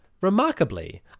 Remarkably